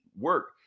work